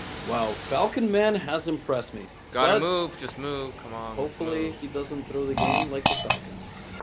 wow falcon man has impressed me gotta move just move come on hopefully he doesn't throw the game like the falcons